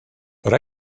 but